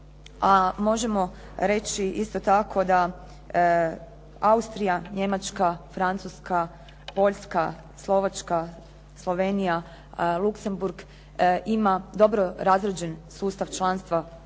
možemo reći isto tako da Austrija, Njemačka, Francuska, Poljska, Slovačka, Slovenija, Luksemburg ima dobro razrađen sustav članstva